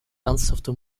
ernsthafte